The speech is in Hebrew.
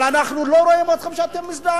אבל אנחנו לא רואים אתכם מזדעקים.